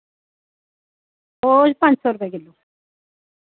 ओह् पंज सौ रपेऽ किलो